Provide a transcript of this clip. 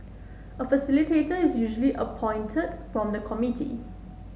a facilitator is usually appointed from the committee